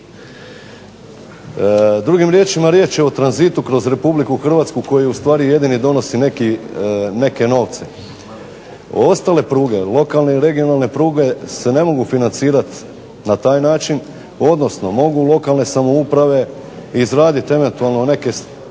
Drugim riječima, riječ je o tranzitu kroz republiku Hrvatsku koji jedini donosi neke novce. Ostale pruge, lokalne i regionalne pruge se ne mogu financirati na taj način, odnosno mogu lokalne samouprave izraditi neke projekte